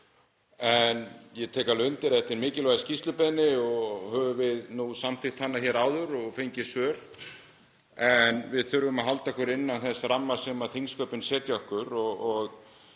En ég tek alveg undir að þetta er mikilvæg skýrslubeiðni og höfum við nú samþykkt hana hér áður og fengið svör. En við þurfum að halda okkur innan þess ramma sem þingsköpin setja okkur og